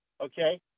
Okay